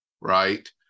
right